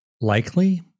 likely